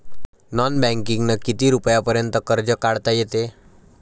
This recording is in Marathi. नॉन बँकिंगनं किती रुपयापर्यंत कर्ज काढता येते?